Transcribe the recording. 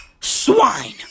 swine